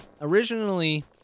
Originally